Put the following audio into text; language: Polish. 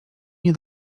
nie